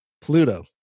pluto